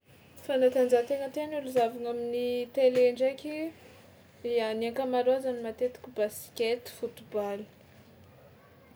Fanatanjahantena tian'olo zahavana amin'ny tele ndraiky, ia ny ankamaroazany matetika basket, football.